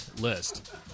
list